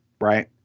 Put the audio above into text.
right